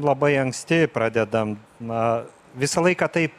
labai anksti pradedam na visą laiką tai